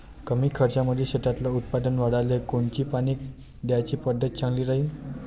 कमी खर्चामंदी शेतातलं उत्पादन वाढाले कोनची पानी द्याची पद्धत चांगली राहीन?